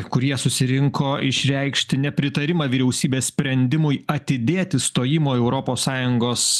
kurie susirinko išreikšti nepritarimą vyriausybės sprendimui atidėti stojimo į europos sąjungos